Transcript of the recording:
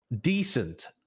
decent